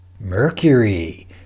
Mercury